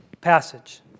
passage